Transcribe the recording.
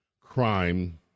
crime